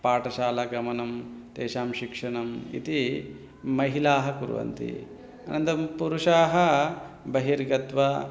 पाटशालागमनं तेषां शिक्षणम् इति महिलाः कुर्वन्ति अनन्तरं पुरुषाः बहिर्गत्वा